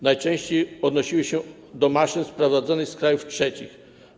Najczęściej odnosiły się do maszyn sprowadzonych z krajów trzecich.